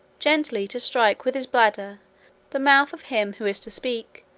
gently to strike with his bladder the mouth of him who is to speak,